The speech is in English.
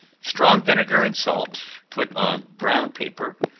strong vinegar and salt, put on brown paper,